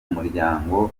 muryango